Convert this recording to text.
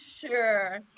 sure